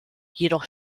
jedoch